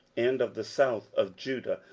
and of the south of judah,